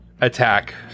attack